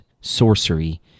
sorcery